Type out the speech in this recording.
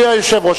אדוני היושב-ראש,